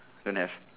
don't have